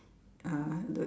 ah the